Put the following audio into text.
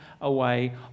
away